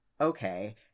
okay